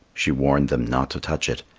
she warned them not to touch it,